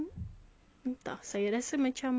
entah saya rasa macam